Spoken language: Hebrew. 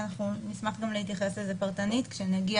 ואנחנו נשמח גם להתייחס לזה פרטנית כשנגיע